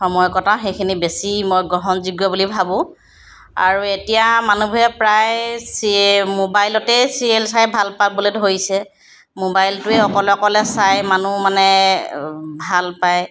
সময় কটাওঁ সেইখিনি বেছি মই গ্ৰহণযোগ্য বুলি ভাবোঁ আৰু এতিয়া মানুহবোৰে প্ৰায় ছিৰিয়েল মোবাইলতে ছিৰিয়েল চাই ভাল পাবলৈ ধৰিছে মোবাইলটোৱে অকলে অকলে চাই মানুহ মানে ভাল পায়